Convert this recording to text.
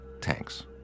tanks